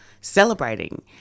celebrating